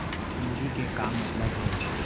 पूंजी के का मतलब हे?